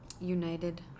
United